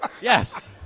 Yes